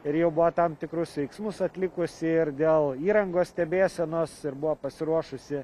ir jau buvo tam tikrus veiksmus atlikusi ir dėl įrangos stebėsenos ir buvo pasiruošusi